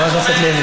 חבר הכנסת לוי.